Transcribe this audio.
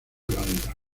banda